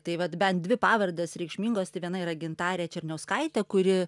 tai vat bent dvi pavardės reikšmingos tai viena yra gintarė černiauskaitė kuri